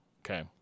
okay